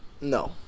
No